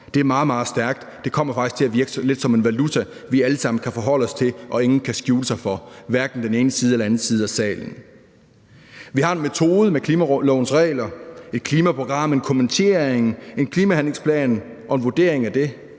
meget, meget stærkt, og det kommer faktisk til at virke lidt som en valuta, vi alle sammen kan forholde os til, og som ingen kan skjule sig for, hverken den ene side eller den anden side af salen. Vi har en metode med klimalovens regler, et klimaprogram, en kommentering, en klimahandlingsplan – og en vurdering af det.